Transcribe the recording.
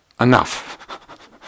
enough